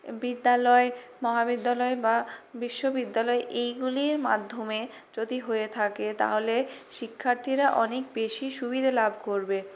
বিদ্যালয় মহাবিদ্যালয় বা বিশ্ববিদ্যালয় এইগুলির মাধ্যমে যদি হয়ে থাকে তাহলে শিক্ষার্থীরা অনেক বেশি সুবিধে লাভ করবে